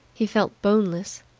he felt boneless.